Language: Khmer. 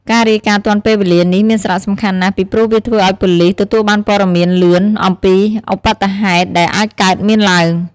ការរាយការណ៍ទាន់ពេលវេលានេះមានសារៈសំខាន់ណាស់ ពីព្រោះវាធ្វើឲ្យប៉ូលិស ទទួលបានព័ត៌មានលឿន អំពីឧប្បត្តិហេតុដែលអាចកើតមានឡើង។